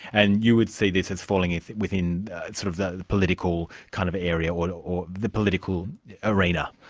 and you would see this as falling within sort of the political kind of area, or the political arena?